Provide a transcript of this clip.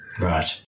Right